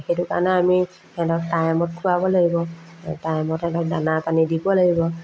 সেইটো কাৰণে আমি সিহঁতক টাইমত খোৱাব লাগিব টাইমত সিহঁতক দানা পানী দিব লাগিব